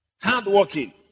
Hard-working